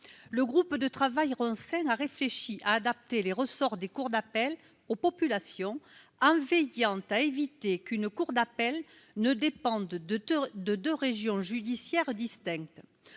le groupe de travail scène a réfléchi, adapter les ressorts des cours d'appel aux populations en veillant à éviter qu'une cour d'appel ne dépendent de de de régions judiciaires distinctes,